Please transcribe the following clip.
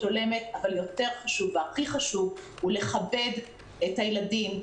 הולמת אבל יותר חשוב והכי חשוב הוא לכבד את הילדים,